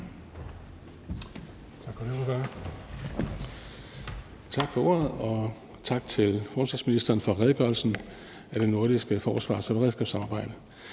Tak for ordet, og tak til forsvarsministeren for redegørelsen om det nordiske forsvars- og beredskabssamarbejde.